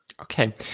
Okay